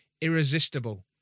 irresistible